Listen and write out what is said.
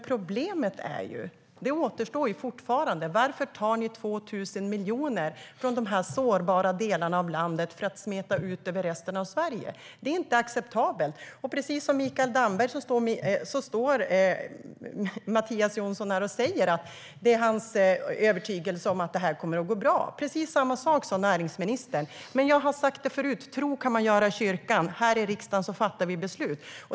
Problemet kvarstår: Varför tar ni 2 000 miljoner från dessa sårbara delar av landet för att smeta ut över resten av Sverige? Det är inte acceptabelt! Precis som Mikael Damberg står Mattias Jonsson här och säger att det är hans övertygelse att detta kommer att gå bra. Precis samma sak sa näringsministern. Men jag har sagt det förut: Tro kan man göra i kyrkan. Här i riksdagen fattar vi beslut.